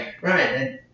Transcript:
Right